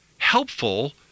Helpful